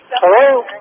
Hello